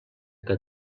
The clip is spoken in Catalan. que